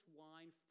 wine